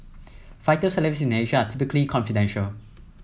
fighter salaries in Asia are typically confidential